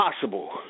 possible